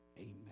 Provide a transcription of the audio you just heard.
Amen